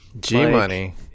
G-Money